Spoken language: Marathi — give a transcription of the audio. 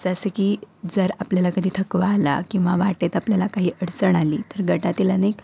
जसं की जर आपल्याला कधी थकवा आला किंवा वाटेत आपल्याला काही अडचण आली तर गटातील अनेक